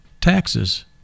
Taxes